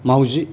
माउजि